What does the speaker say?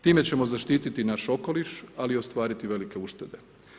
Time ćemo zaštiti naš okoliš, ali i ostvariti velike uštede.